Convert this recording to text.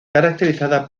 caracterizada